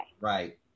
Right